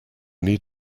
need